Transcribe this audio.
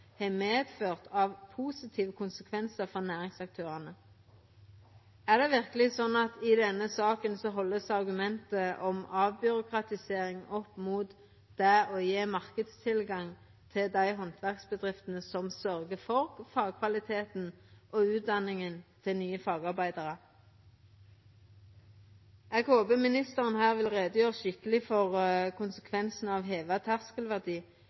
har medført av positive konsekvensar for næringsaktørane. Er det verkeleg sånn at i denne saka held ein argumentet om avbyråkratisering opp mot det å gje marknadstilgang til dei handverksbedriftene som sørgjer for fagkvaliteten og utdanninga til nye fagarbeidarar? Eg håpar ministeren vil gjera skikkeleg greie for kva konsekvensane er av å heva